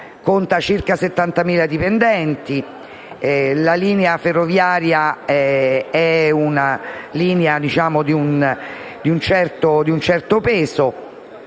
conta circa 70.000 dipendenti, la linea ferroviaria ha un certo peso,